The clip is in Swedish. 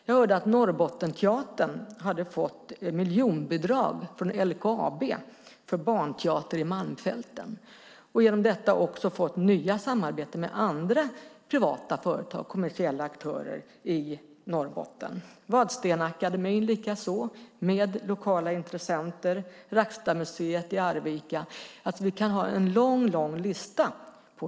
Jag hörde att Norrbottensteatern hade fått miljonbidrag från LKAB för barnteater i Malmfälten och genom detta fått nytt samarbete med andra privata företag och kommersiella aktörer i Norrbotten. Detsamma gäller Vadstenaakademin, med lokala intressenter, och Rackstadmuseet i Arvika. Vi kan göra en lång lista.